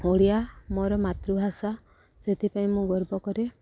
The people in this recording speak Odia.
ଓଡ଼ିଆ ମୋର ମାତୃଭାଷା ସେଥିପାଇଁ ମୁଁ ଗର୍ବ କରେ